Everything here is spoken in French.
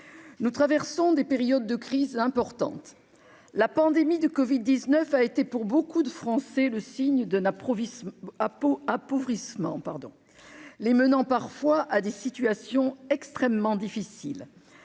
nous traversons des périodes de crise importante la pandémie de Covid 19 a été pour beaucoup de Français le signe de la province à Pau appauvrissement pardon les menant parfois à des situations extrêmement difficiles,